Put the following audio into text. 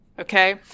Okay